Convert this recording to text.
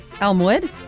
Elmwood